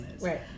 Right